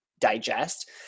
digest